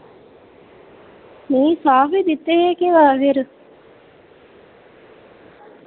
नि साफ ही दित्ते हे केह् पता फिर